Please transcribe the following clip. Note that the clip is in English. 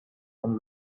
and